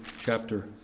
chapter